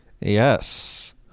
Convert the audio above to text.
yes